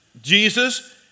Jesus